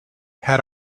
had